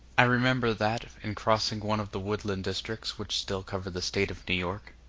i remember that, in crossing one of the woodland districts which still cover the state of new york,